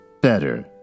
better